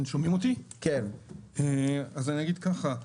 כבוד היושב-ראש,